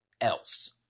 else